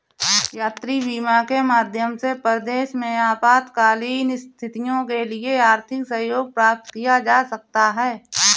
यात्री बीमा के माध्यम से परदेस में आपातकालीन स्थितियों के लिए आर्थिक सहयोग प्राप्त किया जा सकता है